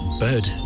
bird